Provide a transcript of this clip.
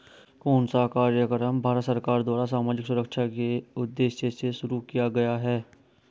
कौन सा कार्यक्रम भारत सरकार द्वारा सामाजिक सुरक्षा के उद्देश्य से शुरू किया गया है?